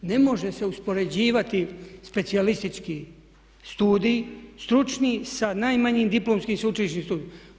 Ne može se uspoređivati specijalistički studij, stručni sa najmanjim diplomskim sveučilišnim studijem.